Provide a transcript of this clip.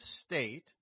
state